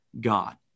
God